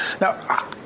Now